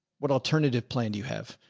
what alternative plan do you have?